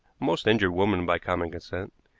most injured woman by common consent.